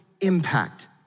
impact